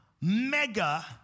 mega